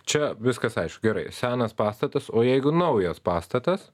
čia viskas aišku gerai senas pastatas o jeigu naujas pastatas